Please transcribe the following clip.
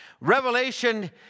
Revelation